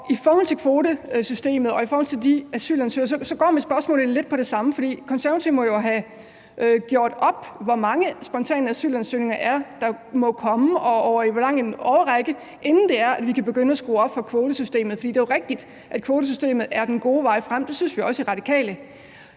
I forhold til kvotesystemet og i forhold til de asylansøgere går mit spørgsmål egentlig lidt på det samme, for Konservative må jo have gjort op, hvor mange spontane asylansøgere der må komme og over hvor lang en årrække, inden vi kan begynde at skrue op for kvotesystemet. For det er jo rigtigt, at kvotesystemet er den gode vej frem – det synes vi også i Radikale.